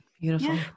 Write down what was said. Beautiful